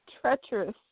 treacherous